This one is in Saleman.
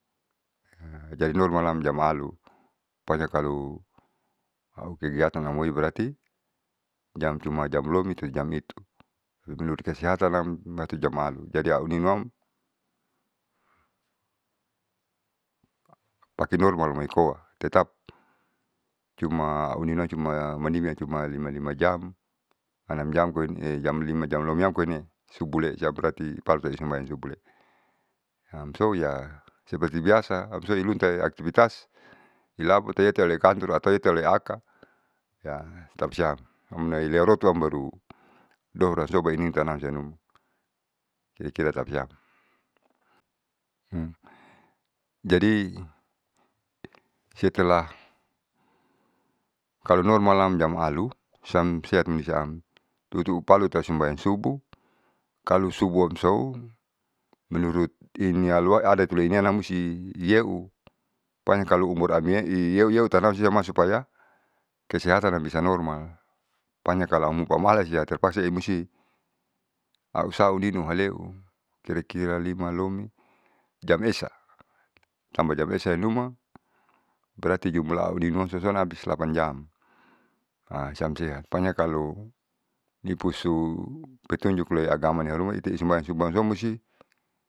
Jadi normalam jam alu pokonya kalo aukegiatan amoi berati jam cuma jam balom jam itu menurut kesehatanam jam alu jadi auninuam pake normal amoikoa cuma ahunua cuma manimiam cuma lima lima jam anam jam koine jam lima jam lomiam koine subulesiam berati ipalutati sumbayang subuhle. Hamso hiaseperti biasa amsolihiluin ta aktivitas ilapute yetalekantor atau yetaleata tapasiam hamnearotoam baru doaorantuabainitanam sainuma kira kira tapasiam. jadi setelah kalo normala jam alu siamsehat nisaan tutupaluta suambayan subuh kalo subuham sou menurut inialo adaitui leinianam muusti ieu pokonya kalo umur amyei yeu yeu tanam siam supaya ksehatanam bisa normal. Pokonya kalo aupamalas iya terpaksa iya musti ausauninu haleu kira kira lima lomi jam esa sampe jam esa ianuma berarti jumlah auninuam sosoan abis lapan jam siam sehat. pokonya kalo nikusu petunjuk mulai agama niharuma itei sumabayan sumbayan sou musti.